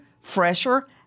fresher